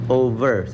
over